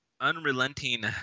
unrelenting